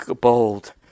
bold